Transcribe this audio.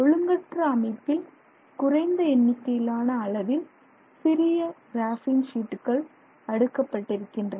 ஒழுங்கற்ற அமைப்பில் குறைந்த எண்ணிக்கையிலான அளவில் சிறிய கிராபின் ஷீட்டுகள் அடுக்கப்பட்டிருக்கின்றன